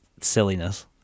silliness